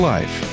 Life